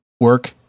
work